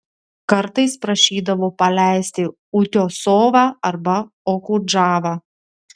kartais prašydavo paleisti utiosovą arba okudžavą